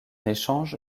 échange